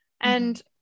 And-